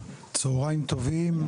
צוהריים טובים,